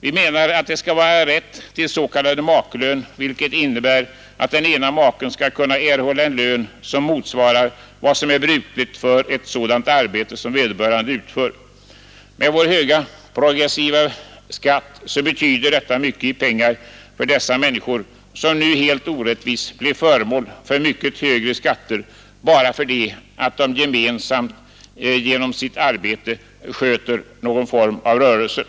Vi menar därför att man här bör införa rätt till s.k. makelön, vilket innebär att den ena maken skall kunna erhålla en lön som motsvarar vad som är brukligt för ett sådant arbete som vederbörande utför. Med vår höga, progressiva skatt betyder det mycket i pengar för dessa människor, som nu helt orättvist blir föremål för mycket högre skatter enbart därför att de genom sitt arbete gemensamt sköter någon form av rörelse.